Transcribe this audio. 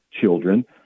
children